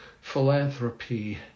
philanthropy